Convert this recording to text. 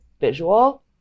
visual